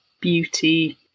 beauty